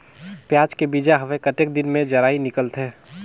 पियाज के बीजा हवे कतेक दिन मे जराई निकलथे?